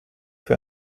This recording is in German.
für